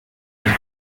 find